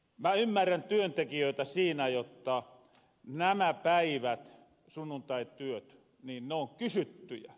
mä ymmärrän työntekijöitä siinä jotta nämä päivät sunnuntaityöt on kysyttyjä